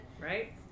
Right